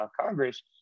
Congress